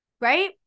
Right